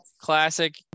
classic